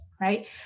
right